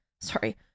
Sorry